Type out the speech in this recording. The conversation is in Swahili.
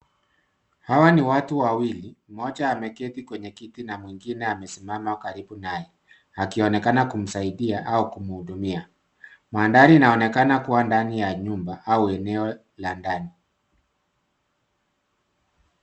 Hawa ni watu wawili, mmoja ameketi kwenye kiti na mwingine amesimama karibu naye. Akionekana kumsaidia au kumhudumia. Mandhari inaonekana kuwa ndani ya nyumba au eneo la ndani.